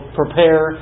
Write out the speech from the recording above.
prepare